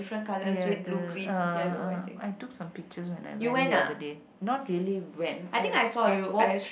ya the uh I took some pictures when I went the other day not really went I've I walked